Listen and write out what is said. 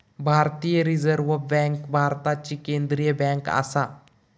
भारतीय reserve bank भारताची केंद्रीय बँक आसा